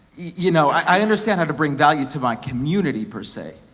you know i understand how to bring value to my community per se,